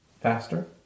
faster